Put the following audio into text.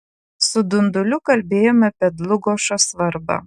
su dunduliu kalbėjome apie dlugošo svarbą